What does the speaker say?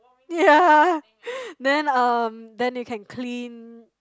ya then um then you can clean